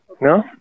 No